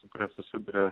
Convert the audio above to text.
su kuria susiduria